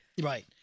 Right